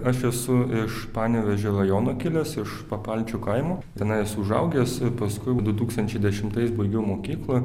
aš esu iš panevėžio rajono kilęs iš paparčių kaimo tenai esu užaugęs ir paskui jau du tūkstančiai dešimtais baigiau mokyklą